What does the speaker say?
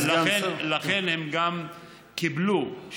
הם גם קיבלו,